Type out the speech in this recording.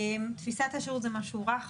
תפיסת השירות זה משהו רך,